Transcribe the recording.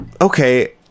okay